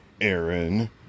Aaron